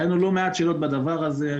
היו לנו לא מעט שאלות בנושא הזה,